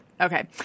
okay